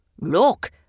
Look